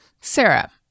Sarah